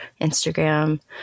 Instagram